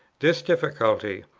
this difficulty,